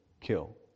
kill